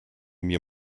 mir